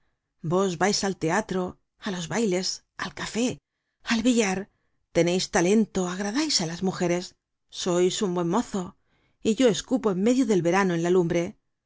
vos vais al teatro á los bailes al café al billar teneis talento agradais á las mujeres sois un buen mozo y yo escupo en medio del verano en la lumbre